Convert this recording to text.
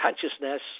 Consciousness